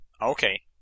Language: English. Okay